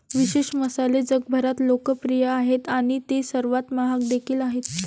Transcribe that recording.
विशेष मसाले जगभरात लोकप्रिय आहेत आणि ते सर्वात महाग देखील आहेत